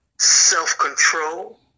self-control